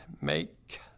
make